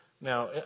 Now